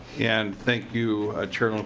and thank you ah chair